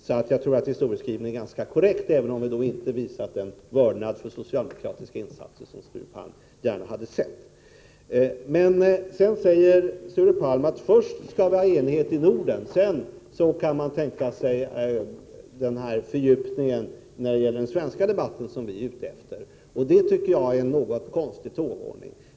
Jag tror alltså att vår historieskrivning är korrekt, även om vi inte visat den vördnad för socialdemokratiska insatser som Sture Palm gärna hade sett. Sture Palm säger att först skall vi ha enighet i Norden, sedan kan man tänka sig en sådan fördjupning av den svenska debatten som vi är ute efter. Det tycker jag är en något konstig tågordning.